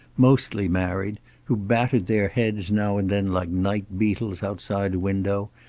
mostly married, who battered their heads now and then like night beetles outside a window,